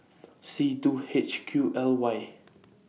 C two H Q L Y